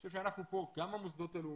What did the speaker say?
אני חושב שאנחנו פה, גם המוסדות הלאומיים